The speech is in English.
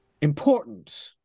important